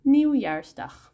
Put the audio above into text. Nieuwjaarsdag